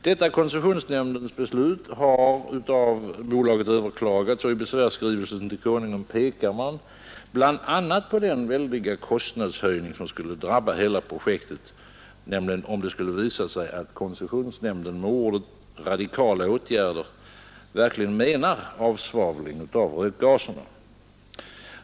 Detta koncessionsnämndens beslut har överklagats av bolaget, och i besvärsskrivelsen till Konungen pekar bolaget bl.a. på den väldiga kostnadshöjning som skulle drabba hela projektet om det skulle visa sig att koncessionsnämnden med orden ”radikala åtgärder” verkligen menar avsvavling av rökgaserna.